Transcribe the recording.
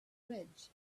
fridge